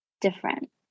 different